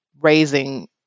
raising